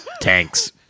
tanks